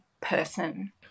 person